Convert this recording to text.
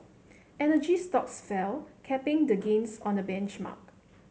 energy stocks fell capping the gains on the benchmark